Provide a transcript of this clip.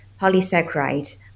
polysaccharide